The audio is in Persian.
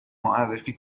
معرفی